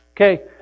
Okay